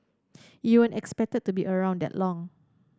you weren't expected to be around that long